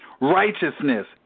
Righteousness